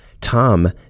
Tom